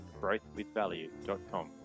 growthwithvalue.com